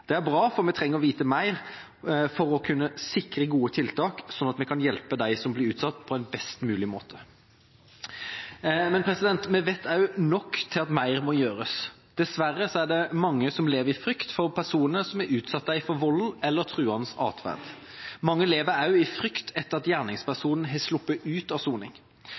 Det er bra – for vi trenger å vite mer for å kunne sikre gode tiltak, slik at vi kan hjelpe dem som blir utsatt, på en best mulig måte. Men vi vet nok til at mer må gjøres. Dessverre er det mange som lever i frykt for personer som har utsatt dem for vold eller truende atferd. Mange lever også i frykt etter at gjerningspersonen har sluppet ut av soning.